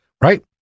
Right